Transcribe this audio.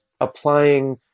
applying